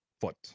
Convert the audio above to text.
foot